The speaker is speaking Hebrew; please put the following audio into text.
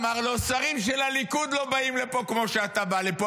אמר לו: שרים של הליכוד לא באים לפה כמו שאתה בא לפה.